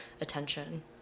attention